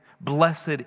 Blessed